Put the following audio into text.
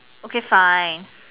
okay fine